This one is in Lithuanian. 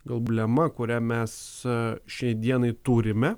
gaublema kurią mes šiai dienai turime